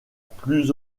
plus